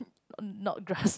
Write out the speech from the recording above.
not grass